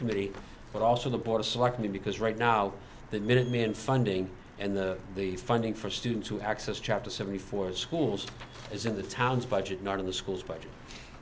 committee but also the board of selectmen because right now the minuteman funding and the the funding for students who access chap to seventy four schools is in the town's budget not in the school's budget